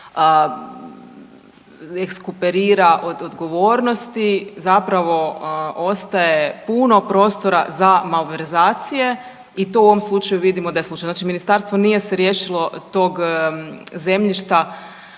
rekuperira od odgovornosti zapravo ostaje puno prostora za malverzacija i to u ovom slučaju vidimo da je slučaj. Znači ministarstvo nije se riješilo tog zemljišta